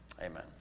Amen